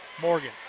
Morgan